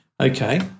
Okay